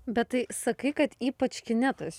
bet tai sakai kad ypač kine tas